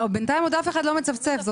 בינתיים אף אחד לא מצפצף בארצות הברית,